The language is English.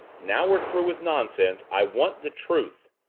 now we're through with nonsense i want the truth!